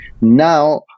now